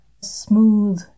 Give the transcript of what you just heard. smooth